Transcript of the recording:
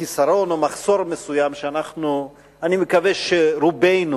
לחיסרון או מחסור מסוים שאנחנו, אני מקווה שרובנו,